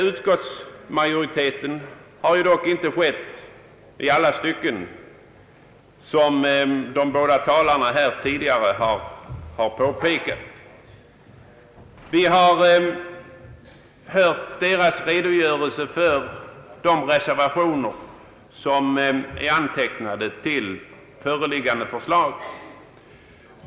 Utskottsmajoriteten har dock inte varit tillmötesgående i alla stycken, som också de båda tidigare talarna framhållit. Vi har hört deras redogörelse för de reservationer som är fogade till föreliggande förslag.